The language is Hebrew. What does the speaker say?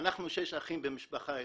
אנחנו שישה אחים במשפחה אחת,